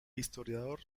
historiador